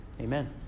Amen